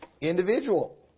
individual